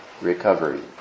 recovery